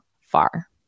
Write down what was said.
far